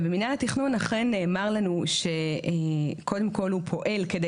ובמינהל התכנון אכן נאמר לנו שקודם כל הוא פועל כדי